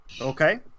Okay